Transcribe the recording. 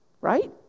Right